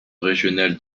régionale